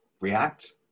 react